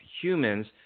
humans